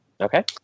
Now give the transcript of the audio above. Okay